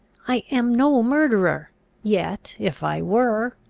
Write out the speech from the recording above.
i am no murderer yet, if i were,